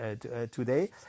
today